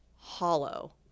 hollow